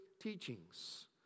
teachings